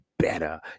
better